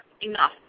enough